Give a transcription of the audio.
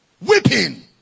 weeping